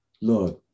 Lord